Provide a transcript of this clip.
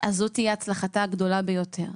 אז זו תהיה הצלחתה הגדולה ביותר,